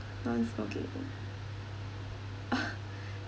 don't